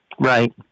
Right